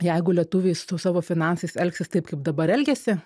jeigu lietuviai su savo finansais elgsis taip kaip dabar elgiasi